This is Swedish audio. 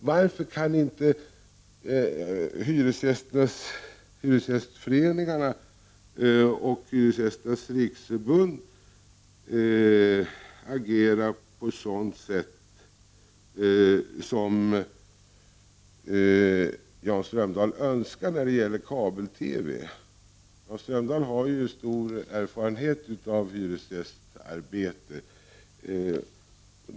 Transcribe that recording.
Varför kan inte hyresgästföreningarna och Hyresgästernas riksförbund agera på det sätt som Jan Strömdahl önskar när det gäller kabel-TV? Jan Strömdahl har ju stor erfarenhet av hyresgästarbete.